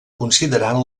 considerant